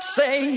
say